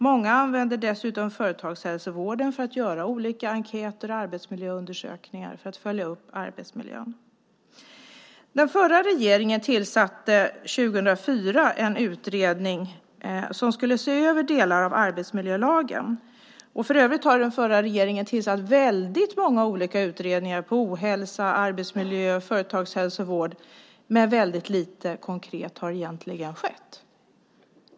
Många använder dessutom företagshälsovården för att göra olika enkäter och arbetsmiljöundersökningar för att följa upp arbetsmiljön. Den förra regeringen tillsatte år 2004 en utredning som skulle se över delar av arbetsmiljölagen. För övrigt har den förra regeringen tillsatt väldigt många olika utredningar om ohälsa, arbetsmiljö, företagshälsovård. Men väldigt lite konkret har egentligen skett.